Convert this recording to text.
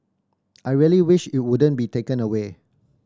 I really wish it wouldn't be taken away